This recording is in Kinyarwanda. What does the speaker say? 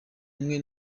umwe